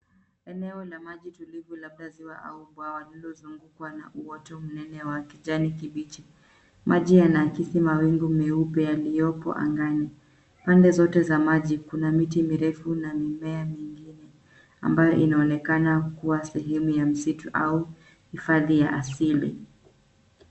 Eneo la maji tulivu labda ziwa au bwawa lililozungukwa na uoto mnene wa kijani kibichi. Maji yanaakisi mawingu meupe yaliyopo angani. Pande zote za maji kuna miti mirefu na mimea mingine ambayo inaonekana kuwa sehemu ya msitu au hifadhi ya asili.